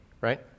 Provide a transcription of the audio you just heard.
right